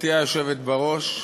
גברתי היושבת בראש,